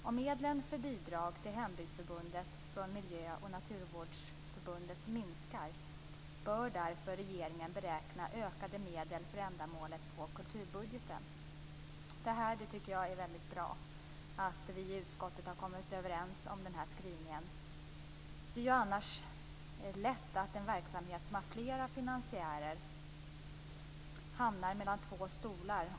Om medlen för bidrag till Hembygdsförbundet från miljö och naturvårdsbudgeten minskar bör regeringen beräkna ökade medel för ändamålet på kulturbudgeten. Jag tycker att det är väldigt bra att vi i utskottet har kommit överens som den här skrivningen. Det är annars lätt att en verksamhet som har flera finansiärer hamnar mellan två stolar.